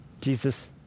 Jesus